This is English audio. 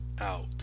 out